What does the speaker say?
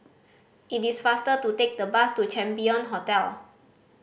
it is faster to take the bus to Champion Hotel